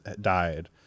died